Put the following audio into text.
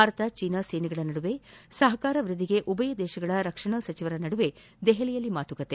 Bharat China ಸೇನೆಗಳ ನಡುವೆ ಸಪಕಾರ ವ್ವದ್ಗಿಗೆ ಉಭಯ ದೇಶಗಳ ರಕ್ಷಣಾ ಸಚಿವರ ನಡುವೆ ದೆಹಲಿಯಲ್ಲಿ ಮಾತುಕತೆ